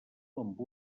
amb